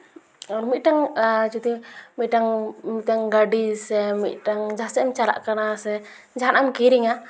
ᱟᱨ ᱢᱤᱫᱴᱟᱝ ᱡᱩᱫᱤ ᱢᱤᱫᱴᱟᱝ ᱜᱟᱹᱰᱤ ᱥᱮ ᱢᱤᱫᱴᱟᱝ ᱡᱟᱦᱟᱸ ᱥᱮᱡ ᱮᱢ ᱪᱟᱞᱟᱜ ᱠᱟᱱᱟ ᱥᱮ ᱡᱟᱦᱟᱱᱟᱜ ᱮᱢ ᱠᱤᱨᱤᱧᱟ